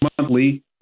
monthly